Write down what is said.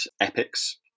epics